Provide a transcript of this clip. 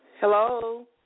Hello